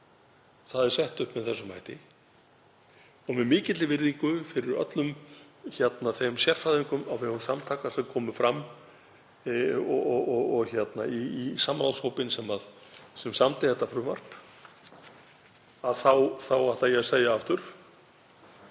það er sett upp með þessum hætti. Og með mikilli virðingu fyrir öllum þeim sérfræðingum á vegum samtaka sem komu fram og samráðshópnum sem samdi þetta frumvarp, þá ætla ég að segja aftur: